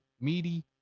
Meaty